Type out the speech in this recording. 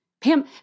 Pam